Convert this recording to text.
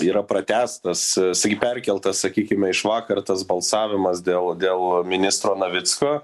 yra pratęstas saky perkeltas sakykime iš vakar tas balsavimas dėl dėl ministro navicko